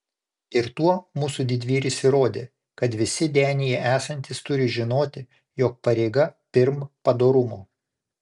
ir tuo mūsų didvyris įrodė kad visi denyje esantys turi žinoti jog pareiga pirm padorumo